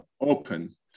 open